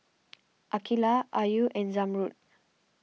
Aqeelah Ayu and Zamrud